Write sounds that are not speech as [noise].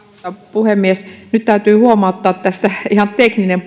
puhemies nyt täytyy huomauttaa tästä ihan tekninen [unintelligible]